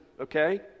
okay